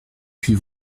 puis